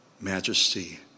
Majesty